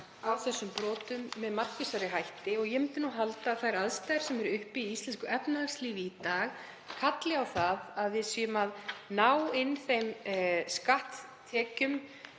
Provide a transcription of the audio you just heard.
á þessum brotum með markvissari hætti. Ég myndi nú halda að þær aðstæður sem uppi eru í íslensku efnahagslífi í dag kalli á að við náum inn þeim skatttekjum